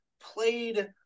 played